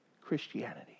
Christianity